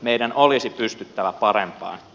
meidän olisi pystyttävä parempaan